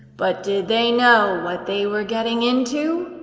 but did they know what they were getting into?